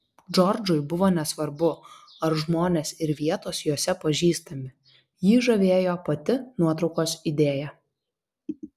džordžui buvo nesvarbu ar žmonės ir vietos jose pažįstami jį žavėjo pati nuotraukos idėja